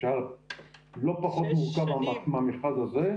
שהיה לא פחות מורכב מהמכרז הזה,